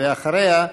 ואחריה,